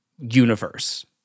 universe